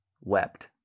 wept